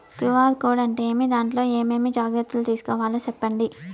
QR code అంటే ఏమి? దాంట్లో ఏ ఏమేమి జాగ్రత్తలు తీసుకోవాలో సెప్పండి?